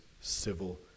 civil